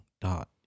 dot